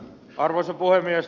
arvoisa puhemies